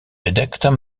bedekt